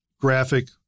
graphic